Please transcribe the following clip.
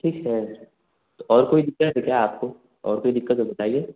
ठीक है तो और कोई दिक्कत है क्या आपको और कोई दिक्कत है बताइए